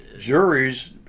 juries